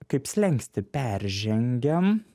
kaip slenkstį peržengiam